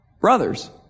brothers